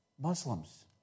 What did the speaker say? Muslims